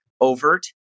overt